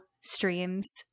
streams